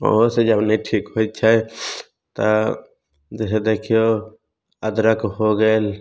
ओहोसे जब नहि ठीक होइ छै तऽ जे हइ देखिऔ अदरक हो गेल